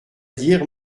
dire